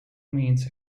means